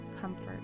comfort